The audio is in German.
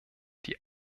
die